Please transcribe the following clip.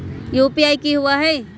UPI कि होअ हई?